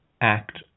act